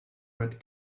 red